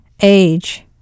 age